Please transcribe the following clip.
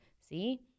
See